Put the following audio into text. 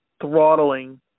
throttling